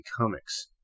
Comics